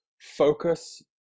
focus